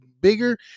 bigger